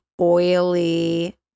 oily